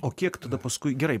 o kiek tada paskui gerai